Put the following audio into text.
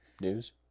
news